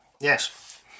Yes